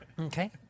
Okay